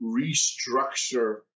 restructure